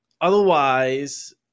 Otherwise